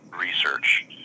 research